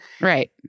Right